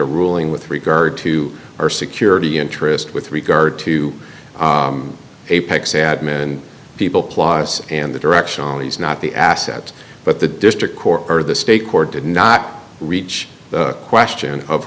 a ruling with regard to our security interest with regard to apex admin people clause and the directionally is not the assets but the district court or the state court did not reach the question of